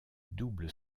double